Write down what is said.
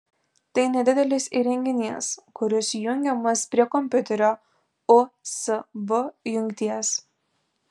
tai nedidelis įrenginys kuris jungiamas prie kompiuterio usb jungties